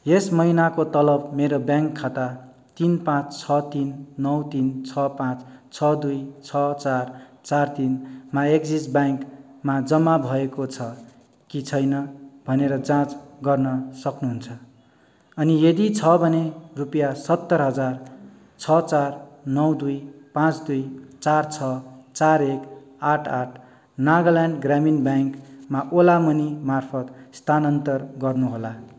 यस महिनाको तलब मेरो ब्याङ्क खाता तिन पाँच छ तिन नौ तिन छ पाँच छ दुई छ चार चार तिनमा एक्सिस ब्याङ्कमा जम्मा भएको छ कि छैन भनेर जाँच गर्न सक्नुहुन्छ अनि यदि छ भने रुपियाँ सत्तर हजार छ चार नौ दुई पाँच दुई चार छ चार एक आठ आठ नागाल्यान्ड ग्रामीण ब्याङ्कमा ओला मनीमार्फत स्थानान्तरण गर्नुहोला